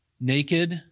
naked